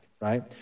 right